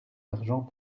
d’argent